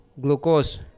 Glucose